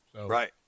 Right